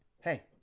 Hey